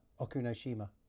Okunoshima